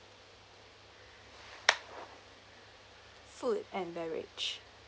food and beverage